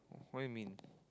what you mean